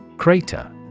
Crater